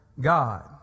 God